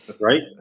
right